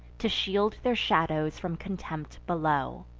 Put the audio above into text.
to shield their shadows from contempt below.